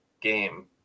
game